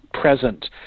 present